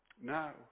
Now